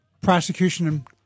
prosecution